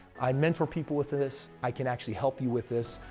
i mentor people with this. i can actually help you with this.